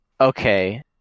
Okay